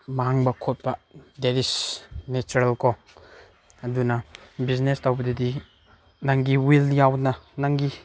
ꯃꯥꯡꯕ ꯈꯣꯠꯄ that is natural ꯀꯣ ꯑꯗꯨꯅ ꯕꯤꯖꯤꯅꯦꯁ ꯇꯧꯕꯗꯗꯤ ꯅꯪꯒꯤ ꯋꯤꯜ ꯌꯥꯎꯅ ꯅꯪꯒꯤ